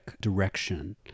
direction